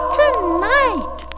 tonight